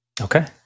Okay